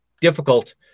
difficult